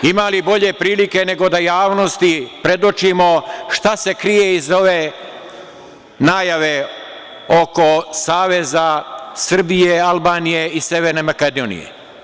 Ima li bolje prilike nego da javnosti predočimo šta se krije iza ove najave oko saveza Srbije, Albanije i severne Makedonije?